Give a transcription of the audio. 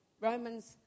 Romans